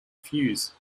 fuse